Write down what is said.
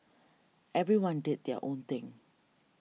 everyone did their own thing